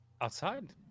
outside